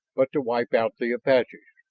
but to wipe out the apaches!